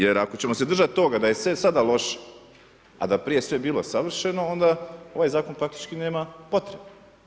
Jer ako ćemo se držati toga da je sve sada loše a da je prije sve bilo savršeno, onda ovaj zakon praktički nema potrebe.